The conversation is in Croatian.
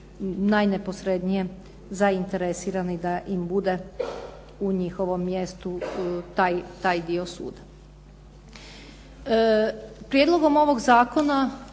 najneposrednije zainteresirani da im bude u njihovom mjestu taj dio suda. Prijedlogom ovog zakona,